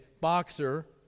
boxer